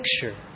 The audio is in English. picture